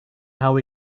how